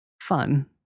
fun